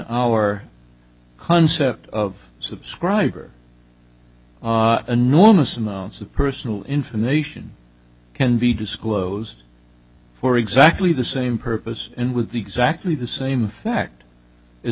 our concept of subscriber enormous amounts of personal information can be disclosed for exactly the same purpose and with the exactly the same fact